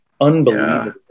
unbelievable